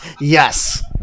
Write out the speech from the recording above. Yes